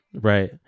Right